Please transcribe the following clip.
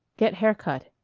get hair-cut.